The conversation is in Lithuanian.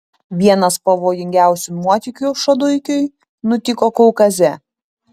vienas pavojingiausių nuotykių šaduikiui nutiko kaukaze